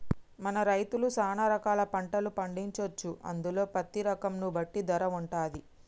మన రైతులు సాన రకాల పంటలు పండించొచ్చు అందులో పత్తి రకం ను బట్టి ధర వుంటది